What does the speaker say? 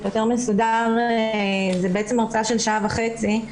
זה באופן יותר מסודר זאת הרצאה של שעה וחצי.